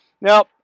Now